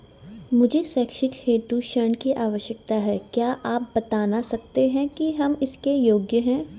मुझे शैक्षिक हेतु ऋण की आवश्यकता है क्या आप बताना सकते हैं कि हम इसके योग्य हैं?